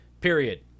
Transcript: period